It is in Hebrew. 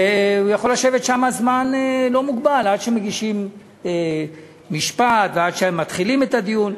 והוא יכול לשבת שם זמן לא מוגבל עד שמגישים משפט ועד שמתחילים את הדיון.